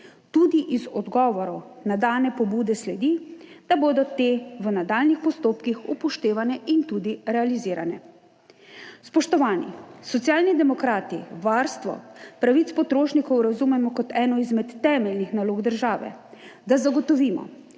Tudi iz odgovorov na dane pobude sledi, da bodo te v nadaljnjih postopkih upoštevane in tudi realizirane. Spoštovani! Socialni demokrati varstvo pravic potrošnikov razumemo kot eno izmed temeljnih nalog države, da zagotovimo